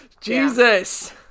Jesus